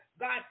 God